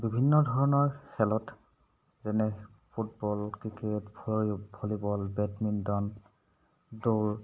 বিভিন্ন ধৰণৰ খেলত যেনে ফুটবল ক্ৰিকেট ভলীবল বেডমিণ্টন দৌৰ